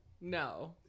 No